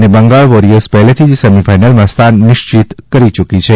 અને બંગાળ વોરિયર્સ પહેલેથી જ સેમિફાઇનલ માં સ્થાન નિશ્ચિત કરી યુકી છે